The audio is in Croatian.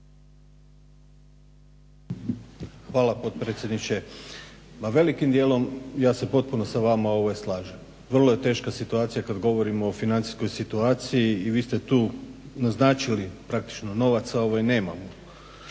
Hvala potpredsjedniče. Velikim dijelom ja se potpuno sa vama slažem. Vrlo je teška situacija kad govorimo o financijskoj situaciji i vi ste tu naznačili praktično novaca nemamo,